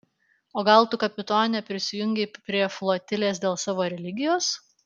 o gal tu kapitone prisijungei prie flotilės dėl savo religijos